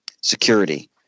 security